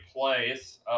place